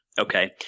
okay